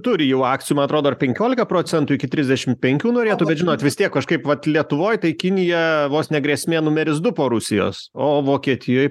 turi jau akcijų man atrodo ar penkiolika procentų iki trisdešim penkių norėtų bet žinot vis tiek kažkaip vat lietuvoj tai kinija vos ne grėsmė numeris du po rusijos o vokietijoj